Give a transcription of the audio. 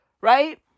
Right